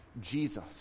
Jesus